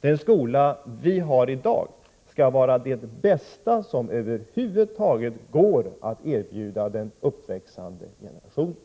Den skola som vi har i dag skall vara det bästa som över huvud taget går att erbjuda den uppväxande generationen.